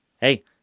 hey